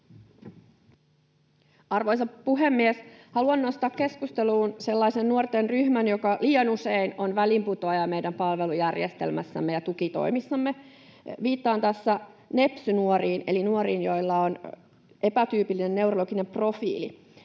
Arvoisa puhemies! Haluan nostaa keskusteluun sellaisen nuorten ryhmän, joka liian usein on väliinputoaja meidän palvelujärjestelmässämme ja tukitoimissamme. Viittaan tässä nepsy-nuoriin eli nuoriin, joilla on epätyypillinen neurologinen profiili.